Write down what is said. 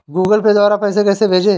Google Pay द्वारा पैसे कैसे भेजें?